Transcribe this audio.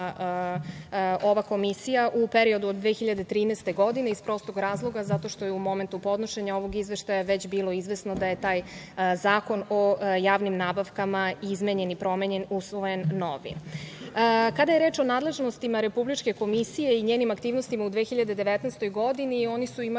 ova komisija u period od 2013. godine, iz prostog razloga zato što je u momentu podnošenja ovog izveštaja već bilo izvesno da je taj Zakon o javnim nabavkama izmenjen i promenjen, usvojen novi. Kada je reč o nadležnostima Republičke komisije i njenim aktivnostima u 2019. godini, oni su imali